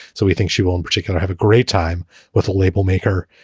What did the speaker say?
so we think she will in particular have a great time with a label maker.